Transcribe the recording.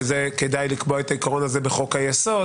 שכדאי לקבוע את העיקרון הזה בחוק-היסוד.